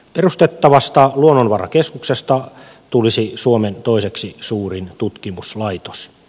perustettavasta luonnonvarakeskuksesta tulisi suomen toiseksi suurin tutkimuslaitos